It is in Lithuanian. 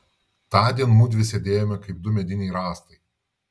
tądien mudvi sėdėjome kaip du mediniai rąstai